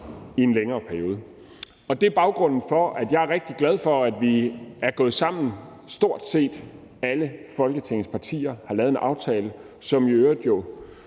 i en længere periode. Det er baggrunden for, at jeg er rigtig glad for, at stort set alle Folketingets partier er gået sammen om at